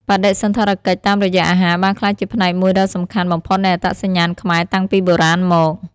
បដិសណ្ឋារកិច្ចតាមរយៈអាហារបានក្លាយជាផ្នែកមួយដ៏សំខាន់បំផុតនៃអត្តសញ្ញាណខ្មែរតាំងពីបុរាណមក។